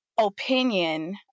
opinion